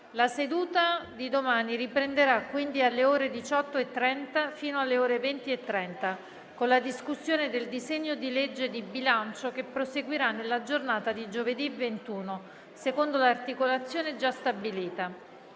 La seduta riprenderà quindi alle ore 18,30, fino alle ore 20,30, con la discussione del disegno di legge di bilancio, che proseguirà nella giornata di giovedì 21, secondo l'articolazione già stabilita.